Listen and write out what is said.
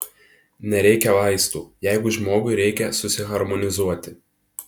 nereikia vaistų jeigu žmogui reikia susiharmonizuoti